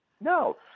no